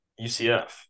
UCF